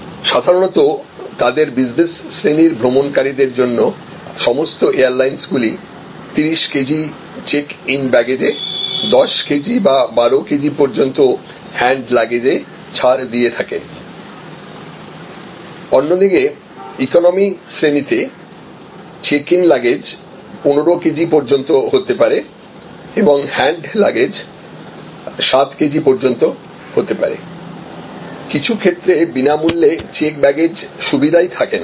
সাধারণত তাদেরবিজনেস শ্রেণীর ভ্রমণকারীদের জন্য সমস্ত এয়ারলাইনগুলি 30 কেজি চেক ইন ব্যাগেজে 10 কেজি বা 12 কেজি পর্যন্ত হ্যান্ড লাগেজে ছাড় দিয়ে থাকে অন্যদিকে ইকোনমি শ্রেণিতে চেক ইন লাগেজ 15 কেজি পর্যন্ত হতে পারে এবং হ্যান্ড লাগেজ 7 কেজি পর্যন্ত হতে পারে কিছু ক্ষেত্রে বিনামূল্যে চেক ব্যাগেজ সুবিধাই থাকেনা